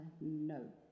No